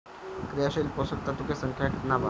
क्रियाशील पोषक तत्व के संख्या कितना बा?